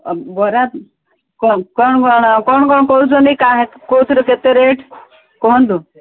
ବରା କ'ଣ କ'ଣ କ'ଣ କହୁଛନ୍ତି କାହା କୋଉଥିର କେତେ ରେଟ୍ କୁହନ୍ତୁ